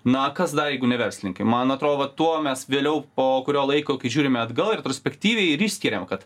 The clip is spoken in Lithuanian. na kas dar jeigu ne verslininkai man atrodo tuo mes vėliau po kurio laiko kai žiūrime atgal retrospektyviai ir išskiriam kad